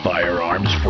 Firearms